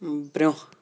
برٛوٚنٛہہ